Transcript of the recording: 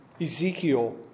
Ezekiel